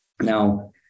Now